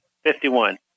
Fifty-one